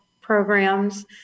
programs